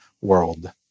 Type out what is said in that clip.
world